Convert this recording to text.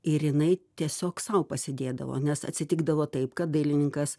ir jinai tiesiog sau pasėdėdavo nes atsitikdavo taip kad dailininkas